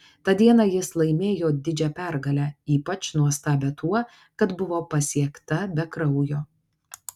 tą dieną jis laimėjo didžią pergalę ypač nuostabią tuo kad buvo pasiekta be kraujo